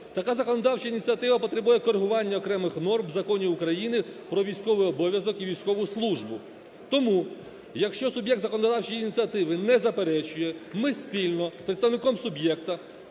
така законодавча ініціатива потребує корегування окремих норм у Законі України про військовий обов'язок і військову службу. Тому, якщо суб'єкт законодавчої ініціативи не заперечує, ми спільно з представником суб'єкта